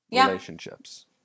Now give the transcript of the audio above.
relationships